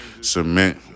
Cement